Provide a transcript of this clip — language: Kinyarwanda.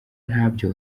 ntabyo